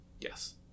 yes